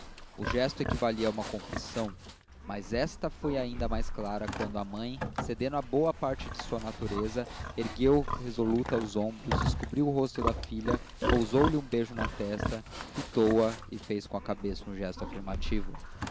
o gesto equivalia a uma confissão mas esta foi ainda mais clara quando a mãe cedendo à boa parte da sua natureza ergueu resoluta os ombros descobriu o rosto da filha pousou lhe um beijo na testa fitou-a e fez com a cabeça um gesto afirmativo